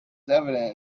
evident